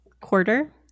quarter